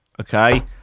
okay